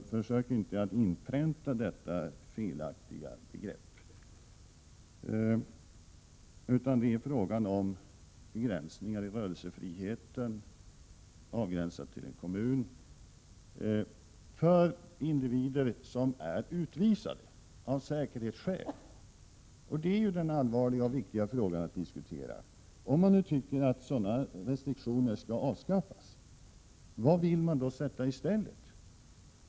Försök inte att inpränta detta felaktiga begrepp. Det är fråga om begränsningar i rörelsefriheten, avgränsat till en kommun, för individer som är utvisade av säkerhetsskäl. Den allvarliga och viktiga frågan att diskutera, om man tycker att sådana restriktioner skall avskaffas, blir vad man vill sätta i stället.